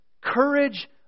Courage